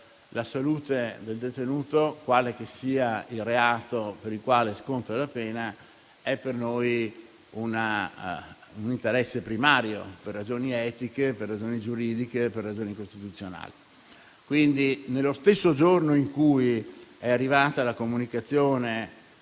la salute del detenuto, quale che sia il reato per il quale sconta la pena, è per noi un interesse primario, per ragioni etiche, giuridiche e costituzionali. Quindi, nello stesso giorno in cui è arrivata la comunicazione,